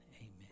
Amen